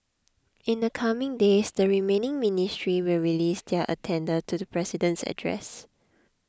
in the coming days the remaining ministries will release their addenda to the president's address